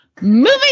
Moving